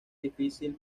difícil